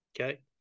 Okay